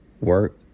work